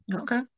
Okay